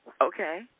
Okay